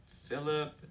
Philip